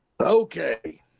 Okay